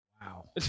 Wow